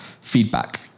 feedback